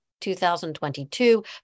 2022